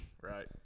Right